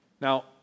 Now